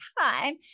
time